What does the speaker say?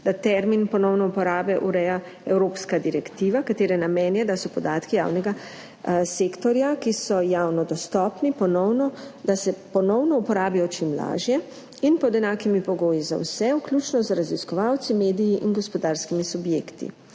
termin ponovne uporabe ureja evropska direktiva, katere namen je, da se podatki javnega sektorja, ki so javno dostopni, ponovno uporabijo čim lažje in pod enakimi pogoji za vse, vključno z raziskovalci, mediji in gospodarskimi subjekti.